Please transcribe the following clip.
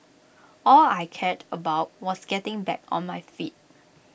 all I cared about was getting back on my feet